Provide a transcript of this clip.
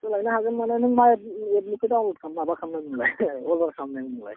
सोलायनो हागोन माने नों मा एपनिफ्राय डाउनल'ड माबा खालामनाय नोंलाय अर्डार खालामनाय नोंलाय